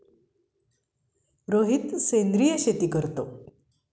रोहित सेंद्रिय शेती करतो